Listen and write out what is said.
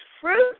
fruit